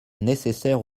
nécessaires